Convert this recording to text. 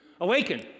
awaken